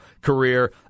career